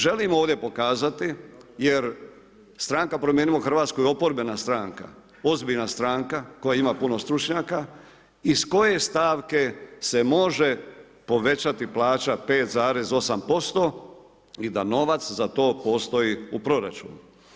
Želim ovdje pokazati jer Stranka Promijenimo Hrvatsku je oporbena stranka, ozbiljna stranka koja ima puno stručnjaka iz koje stavke se može povećati plaća 5,8% i da novac za to postoji u proračunu.